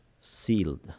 sealed